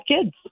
kids